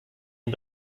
une